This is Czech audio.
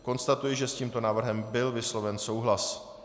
Konstatuji, že s tímto návrhem byl vysloven souhlas.